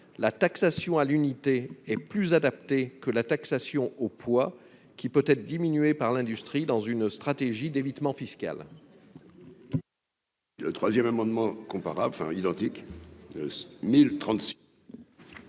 La taxation à l'unité est plus adaptée que la taxation au poids, lequel peut être diminué par l'industrie dans une stratégie d'évitement fiscal.